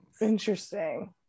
Interesting